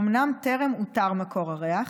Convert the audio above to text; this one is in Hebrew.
אומנם טרם אותר מקור הריח,